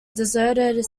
deserted